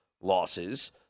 losses